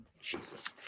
Jesus